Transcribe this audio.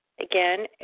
Again